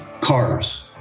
cars